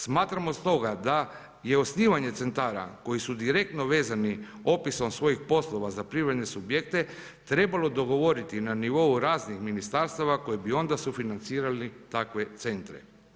Smatramo stoga da je osnivanje centara koji su direktno vezano opisom svojih poslova za privredne subjekte, trebalo dogovoriti na nivou raznih ministarstava koji bi onda sufinancirali takve centre.